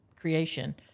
creation